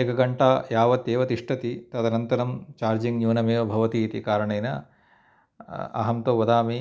एकघण्टा यावत् एव तिष्ठति तदन्तरं चार्जिङ्ग् न्यूनम् एव भवति इति कारणेन अहं तु वदामि